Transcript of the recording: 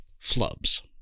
flubs